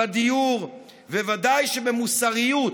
בדיור ובוודאי במוסריות.